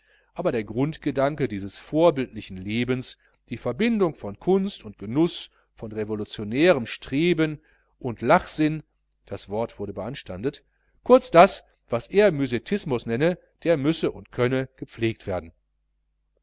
aber der grundgedanke dieses vorbildlichen lebens die verbindung von kunst und genuß von revolutionärem streben und lachesinn das wort wurde beanstandet kurz das was er müsettismus nenne der müsse und könne gepflegt werden